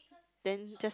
then just